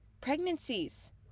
pregnancies